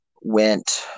went